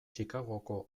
chicagoko